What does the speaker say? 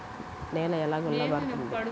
నేల ఎలా గుల్లబారుతుంది?